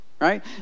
Right